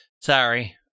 Sorry